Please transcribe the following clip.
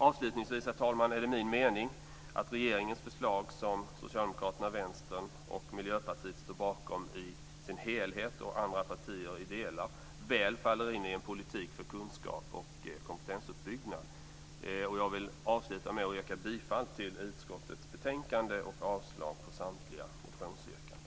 Avslutningsvis, herr talman, är det min mening att regeringens förslag, som Socialdemokraterna, Vänstern och Miljöpartiet står bakom i dess helhet och andra partier i delar, väl faller in i en politik för kunskap och kompetensuppbyggnad. Jag vill avsluta med att yrka bifall till hemställan i utskottets betänkande och avslag på samtliga motionsyrkanden.